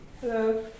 hello